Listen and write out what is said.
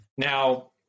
Now